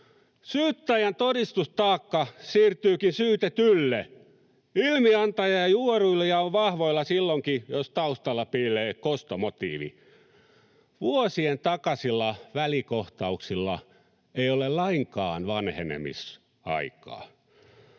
Syyttäjän todistustaakka siirtyykin syytetylle. Ilmiantaja ja juoruilija on vahvoilla silloinkin jos taustalla piilee kostomotiivi. Vuosien takaisilla välikohtauksilla ei ole lainkaan vanhenemisaikaa.